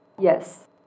Yes